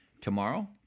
Tomorrow